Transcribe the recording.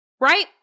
right